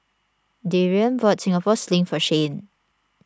Darrian bought Singapore Sling for Shane